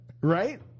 Right